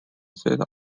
sits